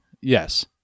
Yes